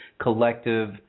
collective